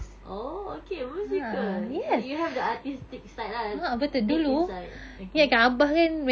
oh okay musical you have the artistic side lah deep inside okay